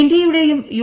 ഇന്ത്യയുടെയും യു